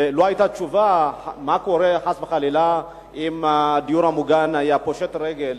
ולא היתה תשובה מה קורה חס וחלילה אם הדיור המוגן היה פושט רגל.